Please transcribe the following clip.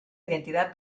identidad